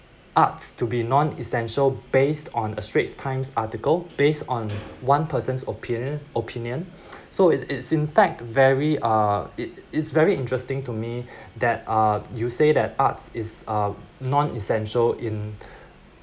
arts to be non essential based on a straits times article based on one person's opinion opinion so it's it's in fact very uh it it's very interesting to me that uh you say that arts is a non essential in